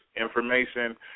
information